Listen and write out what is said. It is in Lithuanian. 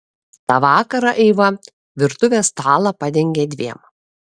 tą vakarą eiva virtuvės stalą padengė dviem